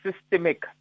systemic